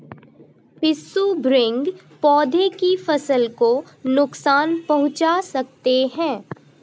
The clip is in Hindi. पिस्सू भृंग पौधे की फसल को नुकसान पहुंचा सकते हैं